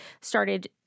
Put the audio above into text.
started